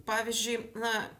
pavyzdžiui na